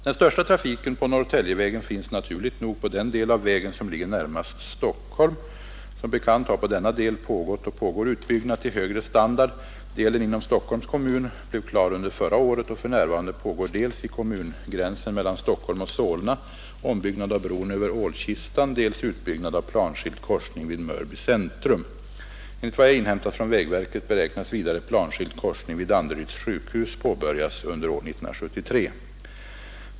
Den största trafiken på Norrtäljevägen finns naturligt nog på den del av vägen som ligger närmast Stockholm. Som bekant har på denna del pågått och pågår utbyggnad till högre standard. Delen inom Stockholms kommun blev klar under förra året, och för närvarande pågår dels i kommungränsen mellan Stockholm och Solna ombyggnad av bron över Ålkistan, dels utbyggnad av planskild korsning vid Mörby centrum. Enligt vad jag inhämtat från vägverket beräknas vidare planskild korsning vid Danderyds sjukhus påbörjas under år 1973.